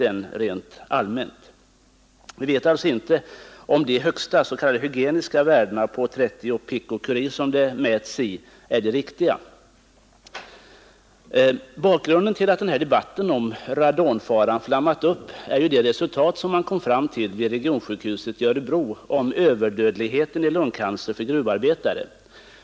Vi vet alltså inte om de högsta s.k. hygieniska värdena på 30 pikocurie är de riktiga. Bakgrunden till att den här debatten om radonfaran flammat upp är de resultat man har kommit fram till vid regionsjukhuset i Örebro i fråga om överdödligheten i lungcancer för gruvarbetare.